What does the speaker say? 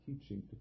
teaching